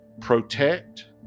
protect